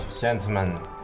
gentlemen